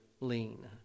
lean